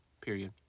period